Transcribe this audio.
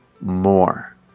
more